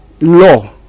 law